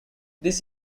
this